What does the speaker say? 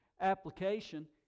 application